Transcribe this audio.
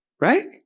right